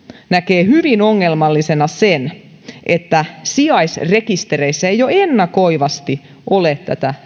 näkee hyvin ongelmallisena sen että sijaisrekistereissä ei jo ennakoivasti ole tätä